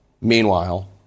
Meanwhile